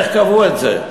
איך קבעו את זה?